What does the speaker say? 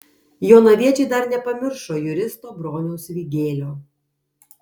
jonaviečiai dar nepamiršo juristo broniaus vygėlio